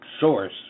source